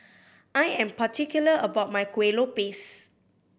I am particular about my Kuih Lopes